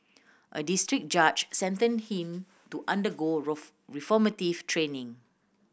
a district judge sentenced him to undergo reformative training